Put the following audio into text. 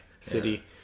city